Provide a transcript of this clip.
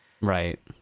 Right